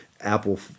Apple